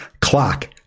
clock